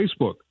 Facebook